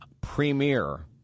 premier